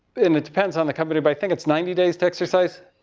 and it depends on the company, but i think it's ninety days to exercise,